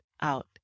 out